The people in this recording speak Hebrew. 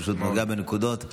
הוא פשוט נוגע בנקודות שאנשים,